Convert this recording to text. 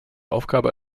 aufgabe